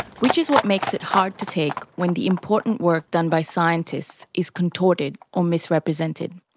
which is what makes it hard to take when the important work done by scientists is contorted or misrepresented.